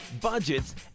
budgets